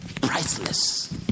Priceless